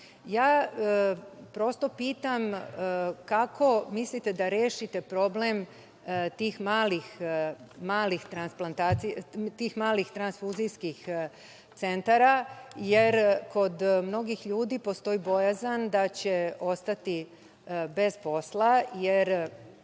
ustanove. Prosto pitam – kako mislite da rešite problem tih malih transfuzijskih centara, jer kod mnogih ljudi postoji bojazan da će ostati bez posla,